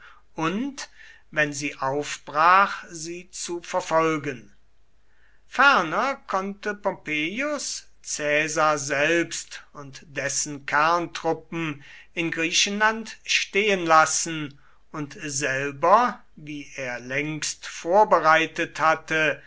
und wenn sie aufbrach sie zu verfolgen ferner konnte pompeius caesar selbst und dessen kerntruppen in griechenland stehen lassen und selber wie er längst vorbereitet hatte